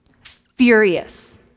Furious